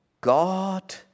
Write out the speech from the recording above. God